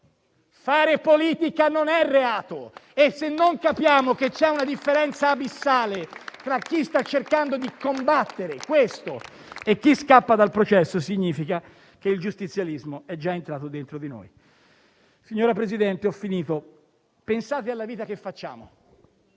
fare politica non è reato e se non capiamo che c'è una differenza abissale tra chi sta cercando di combattere questo e chi scappa dal processo, significa che il giustizialismo è già entrato dentro di noi. Signora Presidente, ho finito. Pensate alla vita che facciamo